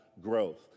growth